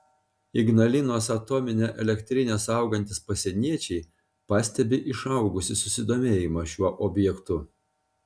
ignalinos atominę elektrinę saugantys pasieniečiai pastebi išaugusį susidomėjimą šiuo objektu